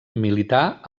milità